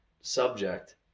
subject